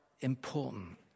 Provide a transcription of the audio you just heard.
important